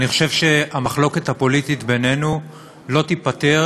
אני חושב שהמחלוקת הפוליטית בינינו לא תיפתר